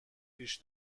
پیش